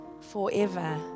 forever